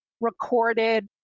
recorded